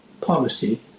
policy